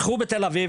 פתחו בתל אביב,